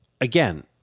again